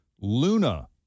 Luna